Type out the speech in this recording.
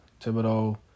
Thibodeau